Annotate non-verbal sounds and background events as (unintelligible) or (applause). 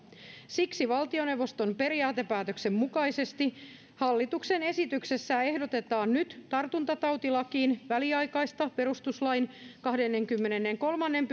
siksi valtioneuvoston periaatepäätöksen mukaisesti hallituksen esityksessä ehdotetaan nyt tartuntatautilakiin väliaikaista perustuslain kahdennenkymmenennenkolmannen (unintelligible)